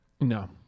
No